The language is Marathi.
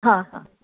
हां हां